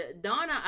Donna